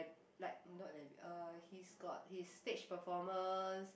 like not debut uh he's got his stage performance